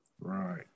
Right